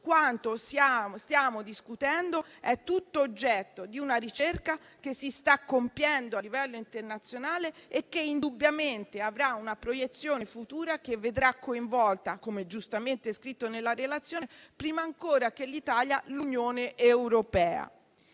Quanto stiamo discutendo è oggetto di una ricerca che si sta compiendo a livello internazionale e che indubbiamente avrà una proiezione futura che vedrà coinvolta, com'è giustamente scritto nella relazione, prima ancora che l'Italia, l'Unione europea.